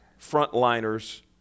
frontliners